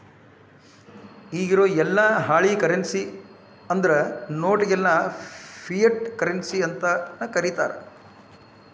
ಇಗಿರೊ ಯೆಲ್ಲಾ ಹಾಳಿ ಕರೆನ್ಸಿ ಅಂದ್ರ ನೋಟ್ ಗೆಲ್ಲಾ ಫಿಯಟ್ ಕರೆನ್ಸಿ ಅಂತನ ಕರೇತಾರ